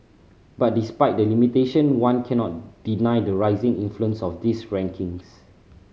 but despite the limitation one cannot deny the rising influence of these rankings